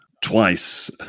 Twice